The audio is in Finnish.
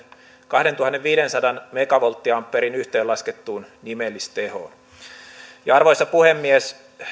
kahdentuhannenviidensadan megavolttiampeerin yhteenlaskettuun nimellistehoon arvoisa puhemies